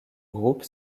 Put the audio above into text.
groupe